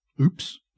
Oops